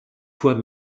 fois